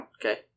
Okay